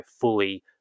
fully